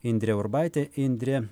indrė urbaitė indrė